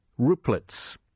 Ruplets